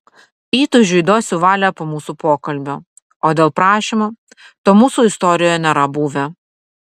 įtūžiui duosiu valią po mūsų pokalbio o dėl prašymo to mūsų istorijoje nėra buvę